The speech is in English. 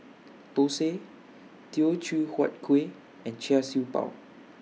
Dosa Teochew Huat Kuih and Char Siew Bao